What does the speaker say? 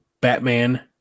Batman